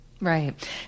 Right